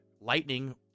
lightning